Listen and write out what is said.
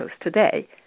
today